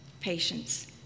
patience